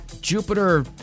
Jupiter